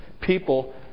people